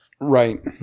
Right